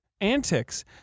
antics